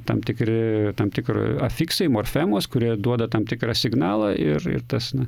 tam tikri tam tikr afiksai morfemos kurie duoda tam tikrą signalą ir ir tas na